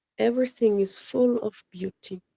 everything is full of beauty.